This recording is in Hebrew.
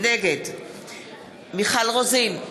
נגד מיכל רוזין,